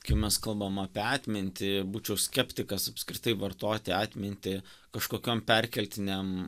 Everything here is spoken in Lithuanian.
kai mes kalbam apie atmintį būčiau skeptikas apskritai vartoti atmintį kažkokiom perkeltinėm